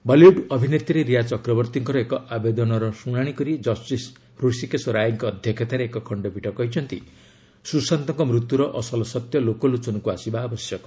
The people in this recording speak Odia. ବଲିଉଡ୍ ଅଭିନେତ୍ରୀ ରିୟା ଚକ୍ରବର୍ତ୍ତୀଙ୍କର ଏକ ଆବେଦନର ଶ୍ରୁଣାଣି କରି ଜଷ୍ଟିସ୍ ହୃଷୀକେଶ ରାୟଙ୍କ ଅଧ୍ୟକ୍ଷତାରେ ଏକ ଖଶ୍ତପୀଠ କହିଛନ୍ତି ସୁଶାନ୍ତଙ୍କ ମୃତ୍ୟୁର ଅସଲ ସତ୍ୟ ଲୋକଲୋଚନକୁ ଆସିବା ଆବଶ୍ୟକ